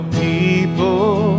people